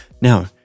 Now